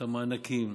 את המענקים,